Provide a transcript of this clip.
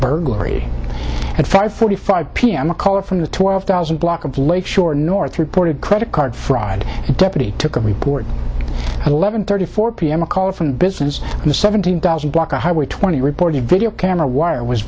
burglary at five forty five p m a caller from the twelve thousand block of lake shore north reported credit card fraud deputy took a report eleven thirty four p m a call from business in the seventeen thousand block of highway twenty reporting a video camera wire was